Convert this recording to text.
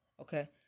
okay